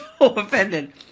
offended